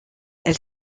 elle